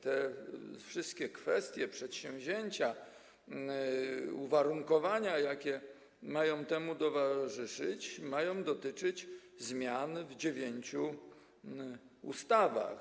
Te wszystkie kwestie, przedsięwzięcia, uwarunkowania, jakie mają temu towarzyszyć, mają dotyczyć zmian w dziewięciu ustawach.